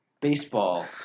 baseball